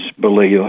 believe